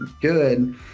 good